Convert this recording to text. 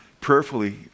prayerfully